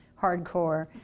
hardcore